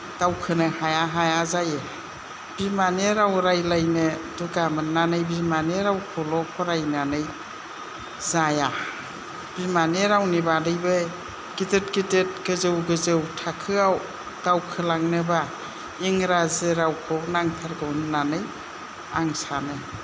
दावखोनो हाया हाया जायो बिमानि राव रायलायनो दुगा मोननानै बिमानि रावखौल' फरायनानै जाया बिमानि रावनि बादैबो गिदिद गिदिद गोजौ गोजौ थाखोआव दावखोलांनोबा इंराजी रावखौ नांथारगौ होननानै आं सानो